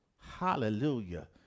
Hallelujah